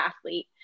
athlete